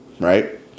right